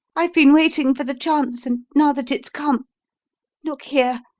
i've been waiting for the chance, and now that it's come look here!